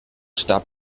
starb